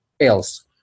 else